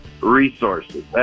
resources